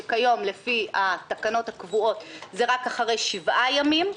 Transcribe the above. שכיום לפי התקנות הקבועות זה רק אחרי שבעה ימים,